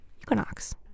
equinox